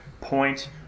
point